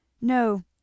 No